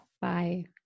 Bye